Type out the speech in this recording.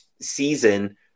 season